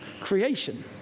creation